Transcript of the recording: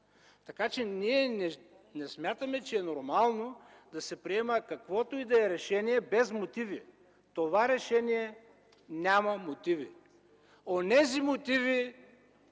начин. Ние не смятаме, че е нормално да се приема каквото и да е решение без мотиви. Това решение няма мотиви. Онези мотиви